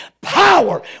power